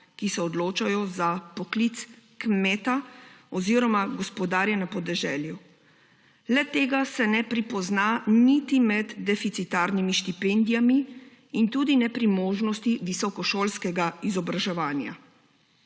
ki se odločajo za poklic kmeta oziroma gospodarja na podeželju. Le-tega se ne pripozna niti med deficitarnimi štipendijami in tudi ne pri možnosti visokošolskega izobraževanja.